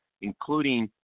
including